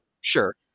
sure